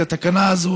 את התיקון הזה,